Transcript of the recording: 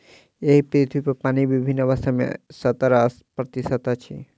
एहि पृथ्वीपर पानि विभिन्न अवस्था मे सत्तर प्रतिशत अछि